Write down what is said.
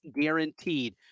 guaranteed